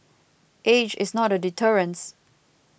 age is not a deterrence